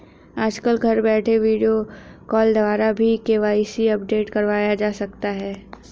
आजकल घर बैठे वीडियो कॉल द्वारा भी के.वाई.सी अपडेट करवाया जा सकता है